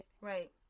Right